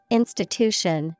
institution